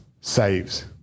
saves